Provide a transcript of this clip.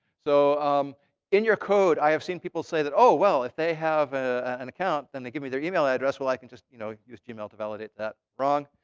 so um in your code, i have seen people say that, oh, well, if they have an account, then they give me their email address, well, i can just you know use gmail to validate that. wrong.